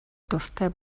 дуртай